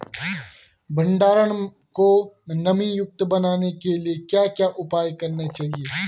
भंडारण को नमी युक्त बनाने के लिए क्या क्या उपाय करने चाहिए?